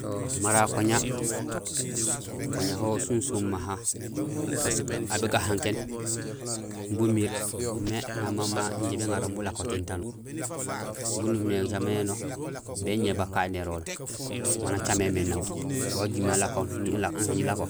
Yo mara akoña, akoña ho susum maha parce que aw bu gahankéén imbi umiir umé naam mama injé béŋarol imbi ulako tiin tanuur. Bun nuñumé gacaméén éno, béñé bakanérool, waan acaméén mé naw waju mé alako, anusaan nalako, jilako